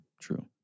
True